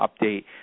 update